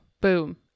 Boom